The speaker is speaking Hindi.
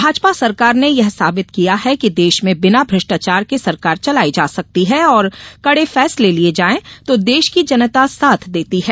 भाजपा सरकार ने यह साबित किया है कि देश में बिना भ्रष्टाचार के सरकार चलाई जा सकती है और कड़े फैसले लिये जायें तो देश की जनता साथ देती है